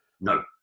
No